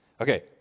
Okay